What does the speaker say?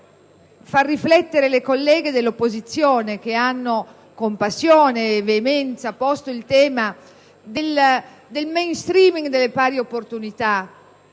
far riflettere le colleghe dell'opposizione, che con passione e veemenza hanno posto il tema del *mainstreaming* delle pari opportunità